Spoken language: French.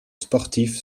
sportif